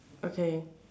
okay